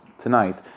tonight